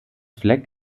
flag